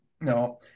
No